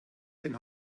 den